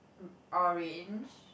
mm orange